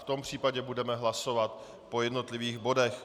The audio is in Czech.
V tom případě budeme hlasovat po jednotlivých bodech.